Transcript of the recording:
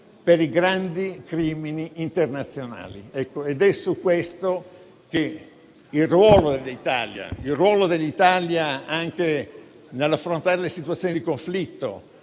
per i grandi crimini internazionali. È su questo che il ruolo dell'Italia, anche nell'affrontare le situazioni di conflitto